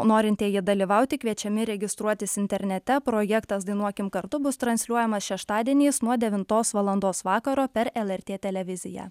norintieji dalyvauti kviečiami registruotis internete projektas dainuokim kartu bus transliuojamas šeštadieniais nuo devintos valandos vakaro per lrt televiziją